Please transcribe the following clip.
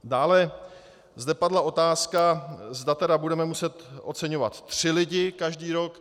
Dále zde padla otázka, zda tedy budeme muset oceňovat tři lidi každý rok.